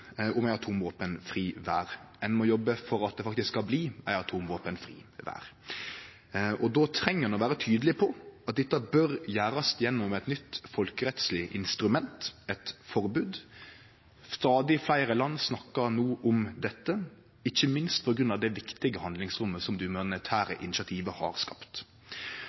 om ei atomvåpenfri verd; ein må jobbe for at det faktisk skal bli ei atomvåpenfri verd. Då treng ein å vere tydeleg på at dette bør gjerast gjennom eit nytt folkerettsleg instrument, eit forbod. Stadig fleire land snakkar no om dette, ikkje minst på grunn av det viktige handlingsrommet som det humanitære initiativet har skapt.